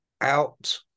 out